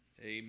Amen